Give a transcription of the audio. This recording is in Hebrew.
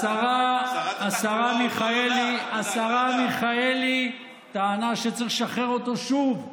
והשרה מיכאלי טענה שצריך לשחרר אותו שוב,